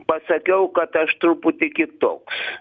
pasakiau kad aš truputį kitoks